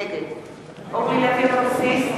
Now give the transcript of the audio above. נגד אורלי לוי אבקסיס,